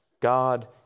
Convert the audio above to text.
God